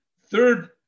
third